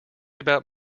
about